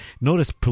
Notice